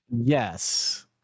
Yes